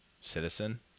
citizen